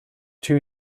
two